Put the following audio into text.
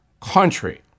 country